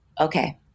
okay